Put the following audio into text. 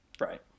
Right